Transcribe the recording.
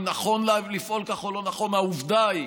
אם נכון לפעול כך או לא נכון: עובדה היא